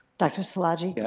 dr. szilagyi? but